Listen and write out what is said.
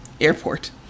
airport